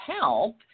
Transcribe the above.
Help